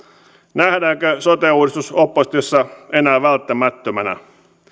nähdäänkö sote uudistus oppositiossa enää välttämättömänä